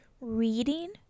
reading